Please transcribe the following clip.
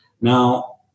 Now